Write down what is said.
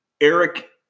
Eric